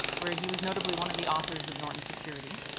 where he was notably one of the authors of norton security.